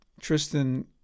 Tristan